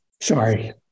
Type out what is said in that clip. Sorry